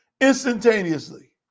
instantaneously